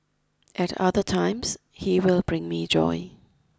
at other times he will bring me joy